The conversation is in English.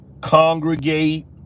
congregate